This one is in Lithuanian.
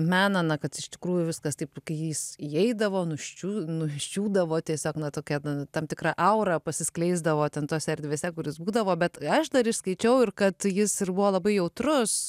mena na kad iš tikrųjų viskas taip kai jis įeidavo nuščiū nuščiūdavo tiesiog na tokia tam tikra aura pasiskleisdavo ten tose erdvėse kur is būdavo bet aš dar išskaičiau ir kad jis ir buvo labai jautrus